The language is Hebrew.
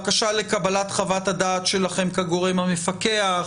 בקשה לקבלת חוות הדעת שלכם כגורם המפקח,